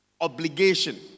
obligation